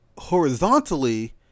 horizontally